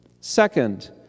Second